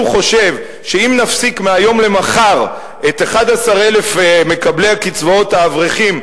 חושב שאם נפסיק מהיום למחר את הקצבאות ל-11,000 מקבלי קצבאות האברכים,